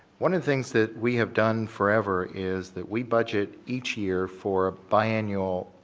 one of the things that we have done forever is that we budget each year for biannual